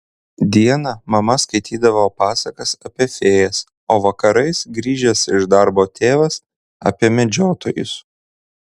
dieną mama skaitydavo pasakas apie fėjas o vakarais grįžęs iš darbo tėvas apie medžiotojus